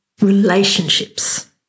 Relationships